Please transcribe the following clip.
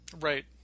right